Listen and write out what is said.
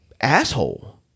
asshole